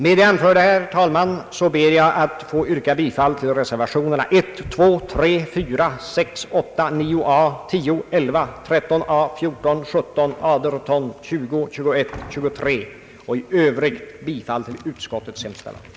Med det anförda, herr talman, ber jag få yrka bifall till reservationerna 1, 2, 3, 4, 6, 8, 9 a, 10, 11, 13 a, 14, 17, 18, 20, 21 och 23. I övrigt yrkar jag bifall till utskottets hemställan.